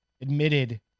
admitted